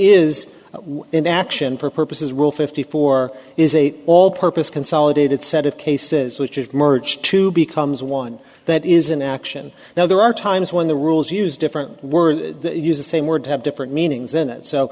is an action for purposes rule fifty four is a all purpose consolidated set of cases which it merged to becomes one that is in action now there are times when the rules use different words to use the same word to have different meanings in